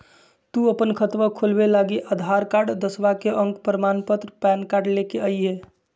तू अपन खतवा खोलवे लागी आधार कार्ड, दसवां के अक प्रमाण पत्र, पैन कार्ड ले के अइह